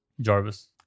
Jarvis